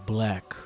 Black